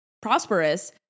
prosperous